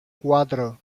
cuatro